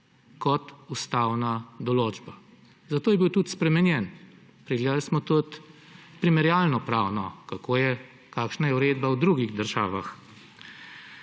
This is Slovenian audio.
kot ustavna določba. Zato je bil tudi spremenjen. Pregledali smo tudi primerjalno pravno, kakšna je uredba v drugih državah.